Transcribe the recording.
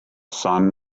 sun